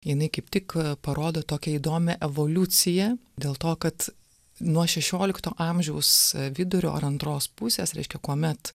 jinai kaip tik parodo tokią įdomią evoliuciją dėl to kad nuo šešiolikto amžiaus vidurio ar antros pusės reiškia kuomet